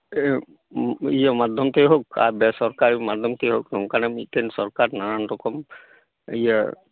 ᱤᱭᱟᱹ ᱢᱟᱫᱽᱫᱷᱚᱢ ᱛᱮ ᱦᱳᱠ ᱟᱨ ᱵᱮᱼᱥᱚᱨᱠᱟᱨᱤ ᱢᱟᱫᱽᱫᱷᱚᱢ ᱛᱮ ᱦᱳᱠ ᱱᱚᱝᱠᱟᱱᱟᱜ ᱢᱤᱫᱴᱮᱱ ᱥᱚᱨᱠᱟᱨ ᱱᱟᱱᱟᱱ ᱨᱚᱠᱚᱢ ᱤᱭᱟᱹ